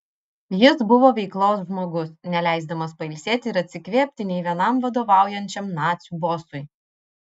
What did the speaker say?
jis buvo veiklos žmogus neleisdamas pailsėti ir atsikvėpti nei vienam vadovaujančiam nacių bosui